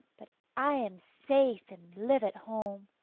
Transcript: but i am safe and live at home.